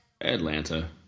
Atlanta